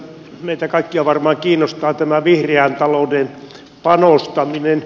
meitä kaikkia varmaan kiinnostaa tämä vihreän talouden panostaminen